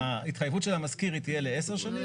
ההתחייבות של המשכיר תהיה ל 10 שנים,